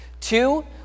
Two